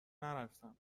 نرفتم